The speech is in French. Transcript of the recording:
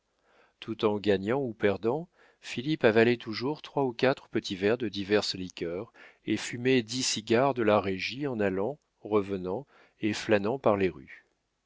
tout en gagnant ou perdant philippe avalait toujours trois ou quatre petits verres de diverses liqueurs et fumait dix cigares de la régie en allant revenant et flânant par les rues